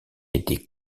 été